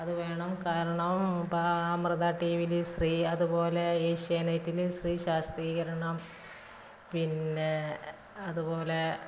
അത് വേണം കാരണം ഇപ്പോൾ ആ അമൃത ടീ വിയിൽ സ്ത്രീ അതുപോലെ ഏഷ്യാനെറ്റിൽ സ്ത്രീശാക്തീകരണം പിന്നെ അതുപോലെ